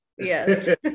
Yes